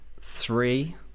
three